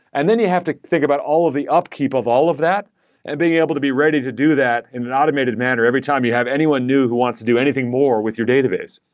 and then you have to think about all of the upkeep of all of that and being able to be ready to do that in an automated manner every time you have anyone knew who wants to do anything more with your database,